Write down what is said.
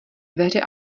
dveře